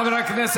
לכן,